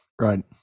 right